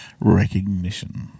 Recognition